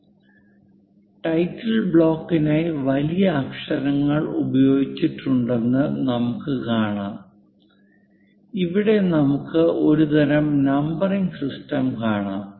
title ബ്ലോക്കിനായി വലിയ അക്ഷരങ്ങൾ ഉപയോഗിച്ചിട്ടുണ്ടെന്ന് നമുക്ക് കാണാം ഇവിടെ നമുക്ക് ഒരുതരം നമ്പറിംഗ് സിസ്റ്റം കാണാം